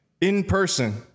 In-person